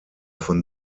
von